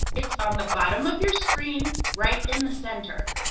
it's on the bottom of your screen right in the center.